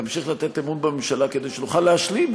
תמשיך לתת אמון בממשלה כדי שנוכל להשלים,